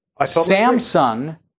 samsung